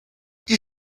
die